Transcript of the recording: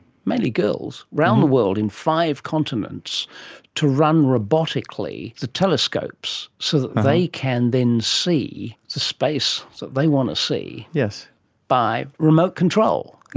mainly girls, around the world in five continents to run robotically the telescopes so that they can then see the space that they want to see by remote control.